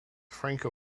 franco